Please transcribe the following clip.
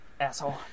asshole